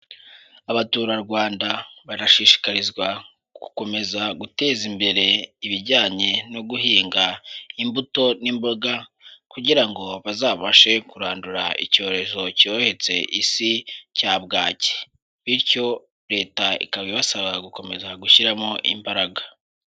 Abaturarwanda barashishikarizwa gukomeza guteza imbere ibijyanye no guhinga imbuto n'imboga, kugira ngo bazabashe kurandura icyorezo cyohetse Isi cya bwaki, bityo leta ikaba ibasaba gukomeza gushyiramo imbaraga.